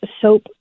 soap